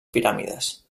piràmides